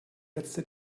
letzte